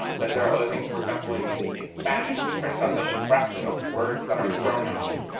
um then there are other things. for example, in in spanish it turns out that the fraction of words that are pronouns